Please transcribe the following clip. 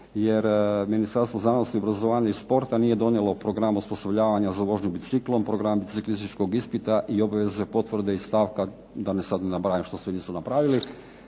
jer Ministarstvo znanosti, obrazovanja i sporta nije donijelo program osposobljavanja za vožnju biciklom, program biciklističkog ispita i obveze potvrde iz stavka da sad ne nabrajam što sve nisu napravili.